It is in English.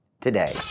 today